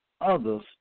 others